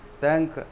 thank